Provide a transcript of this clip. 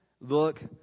look